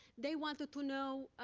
they wanted to know